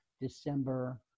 December